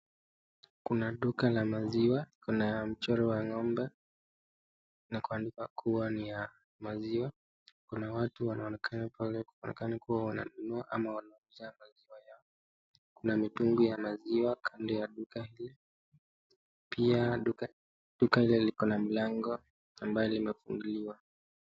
Kuna duka la maziwa, kuna mchoro wa ng'ombe na kuandikwa kuwa ni ya maziwa. Kuna watu wanaonekana pale mlangoni kuwa wananunua ama wanauza maziwa yao. Kuna mitungi ya maziwa kando ya duka hili. Pia duka hili liko na mlango ambao umefunguliwa.